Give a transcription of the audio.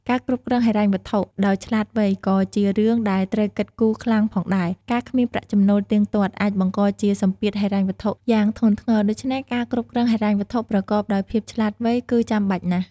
ការគ្រប់គ្រងហិរញ្ញវត្ថុដោយឆ្លាតវៃក៏ជារឿងដែលត្រូវគិតគូខ្លាំងផងដែរ ការគ្មានប្រាក់ចំណូលទៀងទាត់អាចបង្កជាសម្ពាធហិរញ្ញវត្ថុយ៉ាងធ្ងន់ធ្ងរ ដូច្នេះការគ្រប់គ្រងហិរញ្ញវត្ថុប្រកបដោយភាពឆ្លាតវៃគឺចាំបាច់ណាស់។